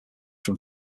from